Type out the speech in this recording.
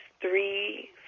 three